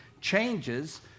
changes